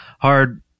hard